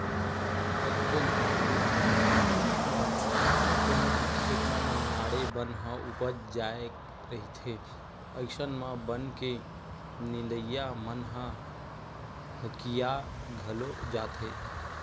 कतको घांव तो कोनो भी खेत म मनमाड़े बन ह उपज जाय रहिथे अइसन म बन के नींदइया मन ह हकिया घलो जाथे